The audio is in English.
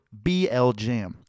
BLJAM